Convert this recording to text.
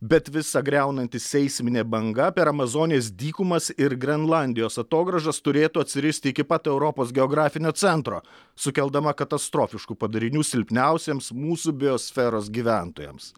bet visa griaunanti seisminė banga per amazonės dykumas ir grenlandijos atogrąžas turėtų atsiristi iki pat europos geografinio centro sukeldama katastrofiškų padarinių silpniausiems mūsų biosferos gyventojams